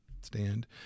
stand